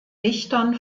dichtern